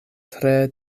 tre